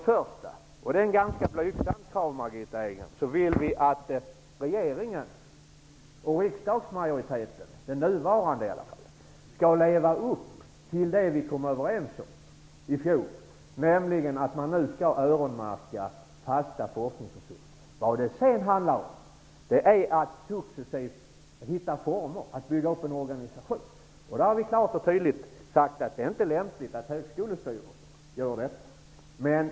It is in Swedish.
Först och främst vill vi att regeringen och den nuvarande riksdagsmajoriteten skall leva upp till det som vi kom överens om i fjol, nämligen att man skall öronmärka pengar till fasta forskningsresurser -- det är ett ganska blygsamt krav, Margitta Edgren. Sedan handlar det om att successivt hitta former för att bygga upp en organisation. Vi har klart och tydligt sagt att det inte är lämpligt att högskolestyrelsen gör detta.